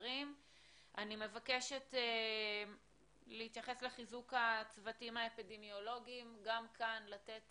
אני מבקשת להתייחס לחיזוק הצוותים האפידמיולוגים גם כאן לתת